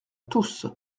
tous